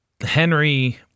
Henry